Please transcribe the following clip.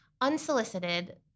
unsolicited